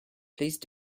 please